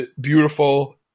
beautiful